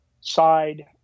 side